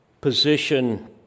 position